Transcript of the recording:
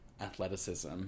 athleticism